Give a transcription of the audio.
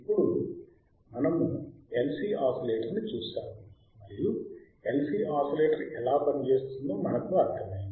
ఇప్పుడు మేము LC ఆసిలేటర్ని చూశాము మరియు LC ఓసిలేటర్ ఎలా పనిచేస్తుందో మనకు అర్థమైంది